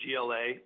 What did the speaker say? GLA